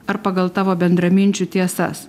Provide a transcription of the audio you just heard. ar pagal tavo bendraminčių tiesas